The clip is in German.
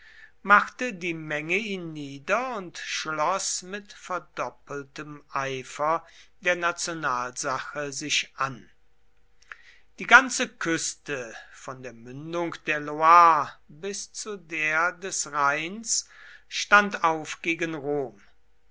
machte die menge ihn nieder und schloß mit verdoppeltem eifer der nationalsache sich an die ganze küste von der mündung der loire bis zu der des rheins stand auf gegen rom